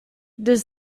does